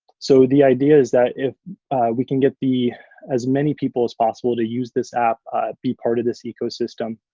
so, the idea is that if we can get the as many people as possible to use this app be part of this ecosystem.